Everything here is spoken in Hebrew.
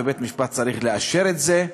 ובית-משפט צריך לאשר את זה,